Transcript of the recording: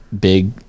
big